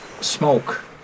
smoke